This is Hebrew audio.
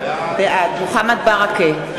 בעד מוחמד ברכה,